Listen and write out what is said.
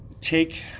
take